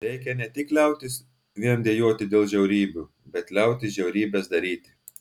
reikia ne tik liautis vien dejuoti dėl žiaurybių bet liautis žiaurybes daryti